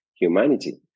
humanity